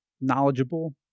knowledgeable